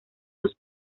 sus